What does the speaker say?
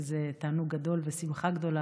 וזה תענוג גדול ושמחה גדולה.